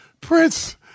Prince